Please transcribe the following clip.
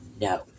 No